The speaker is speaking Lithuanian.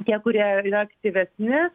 tie kurie aktyvesni